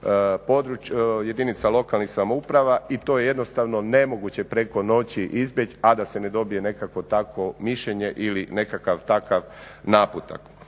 jedinica lokalnih samouprava i to je jednostavno nemoguće preko noći izbjeći, a da se ne dobije nekakvo takvo mišljenje ili nekakav takav naputak.